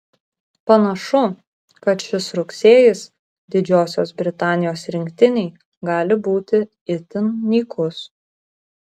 panašu kad šis rugsėjis didžiosios britanijos rinktinei gali būti itin nykus